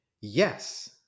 Yes